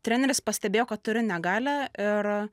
treneris pastebėjo kad turiu negalią ir